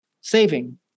saving